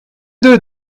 deux